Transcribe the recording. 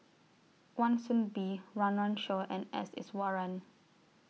Wan Soon Bee Run Run Shaw and S Iswaran